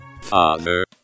father